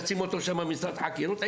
ישים אותו שם במשרד חקירות?